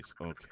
Okay